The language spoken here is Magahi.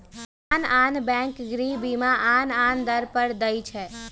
आन आन बैंक गृह बीमा आन आन दर पर दइ छै